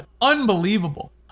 unbelievable